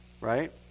right